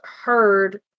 heard